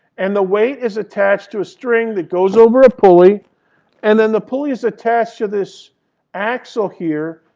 and the weight is attached to a string that goes over a pulley and then the pulley is attached to this axle here,